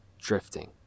drifting